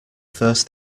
first